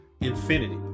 infinity